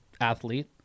athlete